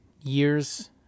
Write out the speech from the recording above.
years